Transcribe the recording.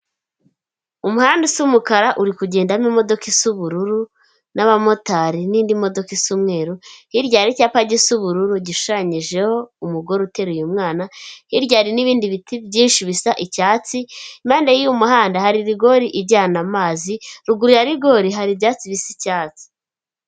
Umuhanda usa umukara uri kugendamo imodoka isa ubururu n'abamotari n'indi modoka isa umweru, hirya hari icyapa gisa ubururu, gishushanyijeho umugore uteruye umwana hirya hari n'ibindi biti byinshi bisa icyatsi, impande y'uyu muhanda hari rigori ijyana amazi, ruguru ya rigori hari ibyatsi bisa icyatsi.